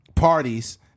parties